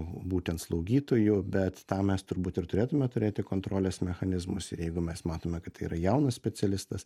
būtent slaugytojų bet tą mes turbūt ir turėtume turėti kontrolės mechanizmus ir jeigu mes matome kad tai yra jaunas specialistas